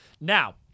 Now